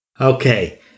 Okay